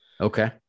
okay